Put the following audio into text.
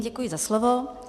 Děkuji za slovo.